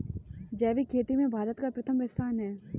जैविक खेती में भारत का प्रथम स्थान है